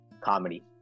Comedy